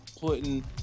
putting